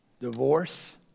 divorce